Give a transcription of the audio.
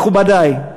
מכובדי,